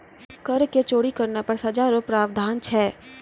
कर के चोरी करना पर सजा रो प्रावधान छै